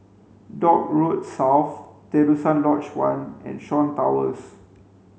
Dock Road South Terusan Lodge One and Shaw Towers